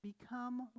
Become